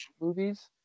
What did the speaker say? movies